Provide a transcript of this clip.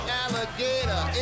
alligator